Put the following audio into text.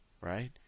right